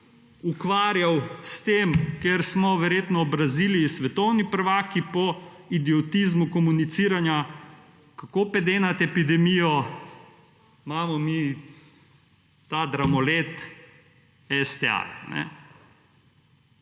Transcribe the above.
ukvarjal s tem, ker smo verjetno v Braziliji svetovni prvaki po idiotizmu komuniciranja kako pedenati epidemijo imamo mi ta dramolet STA.